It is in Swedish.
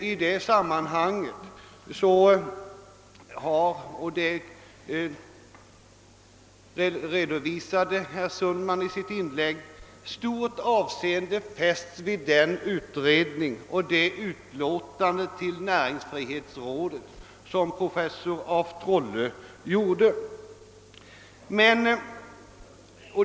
I det sammanhanget fästes — och det redovisade herr Sundman i sitt inlägg — stort avseende vid den utredning som professor af Trolle gjorde på uppdrag av näringsfrihetsrådet.